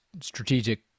strategic